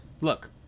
Look